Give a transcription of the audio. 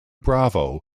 bravo